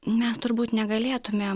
mes turbūt negalėtumėm